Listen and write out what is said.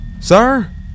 sir